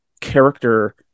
character